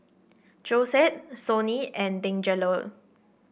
Josette Sonny and Deangelo